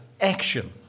action